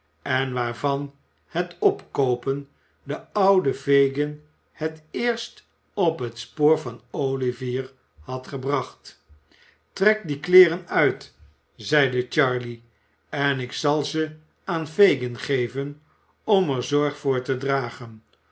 en waarvan het opkoopen den ouden fagin het eerst op het spoor van olivier had gebracht trek die kleeren uit zeide charley en ik zal ze aan fagin geven om er zorg voor te dragen